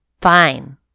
Fine